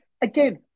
Again